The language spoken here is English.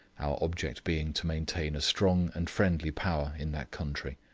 our object being to maintain a strong and friendly power in that country.